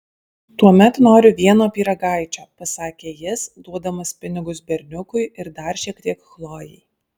tuomet noriu vieno pyragaičio pasakė jis duodamas pinigus berniukui ir dar šiek tiek chlojei